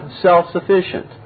self-sufficient